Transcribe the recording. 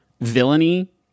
villainy